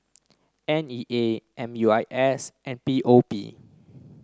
N E A M U I S and P O P